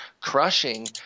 crushing